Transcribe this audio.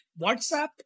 Whatsapp